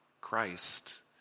Christ